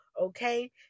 Okay